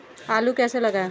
आलू कैसे लगाएँ?